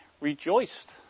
rejoiced